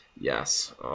Yes